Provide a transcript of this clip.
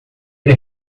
ele